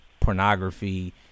pornography